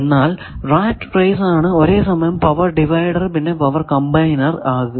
എന്നാൽ rat race ആണ് ഒരേ സമയം പവർ ഡിവൈഡർ പിന്നെ പവർ കമ്പൈനർ ആകുക